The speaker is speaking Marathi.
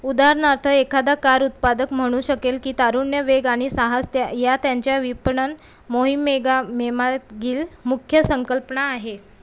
उदाहरणार्थ एखादा कार उत्पादक म्हणू शकेल की तारुण्य वेग आनि साहस त् या त्यांच्या विपणन मोहिमेगा मेमा मागील मुख्य संकल्पना आहेत